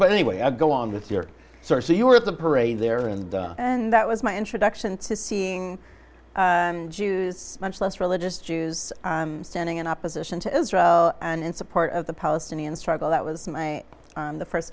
but anyway i go on with your source and you were at the parade there and and that was my introduction to seeing jews much less religious jews standing in opposition to israel and in support of the palestinian struggle that was my on the first